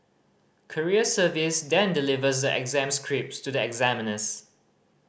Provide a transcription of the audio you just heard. courier service then delivers the exam scripts to the examiners